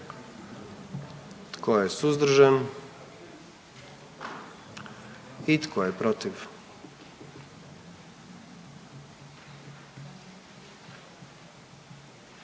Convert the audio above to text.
Tko je suzdržan? I tko je protiv?